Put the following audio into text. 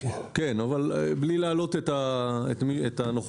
אבל בלי להלאות את הנוכחים,